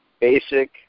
basic